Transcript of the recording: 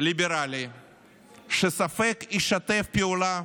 ליברלי שספק אם הוא ישתף פעולה